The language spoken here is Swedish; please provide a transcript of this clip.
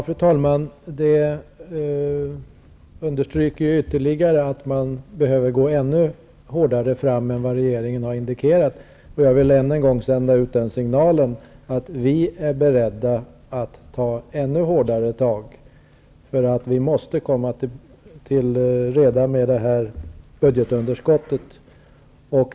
Fru talman! Detta understryker ytterligare att man behöver gå ännu hårdare fram än vad regeringen har indikerat. Och jag vill än en gång sända ut signalen att vi är beredda att ta ännu hårdare tag, för vi måste komma till rätta med budgetunderskottet.